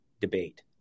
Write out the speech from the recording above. debate